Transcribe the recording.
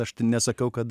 aš tai nesakau kad